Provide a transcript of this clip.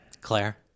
Claire